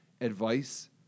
advice